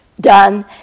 Done